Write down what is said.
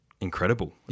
incredible